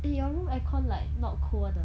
eh your room aircon like not cold [one] ah